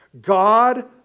God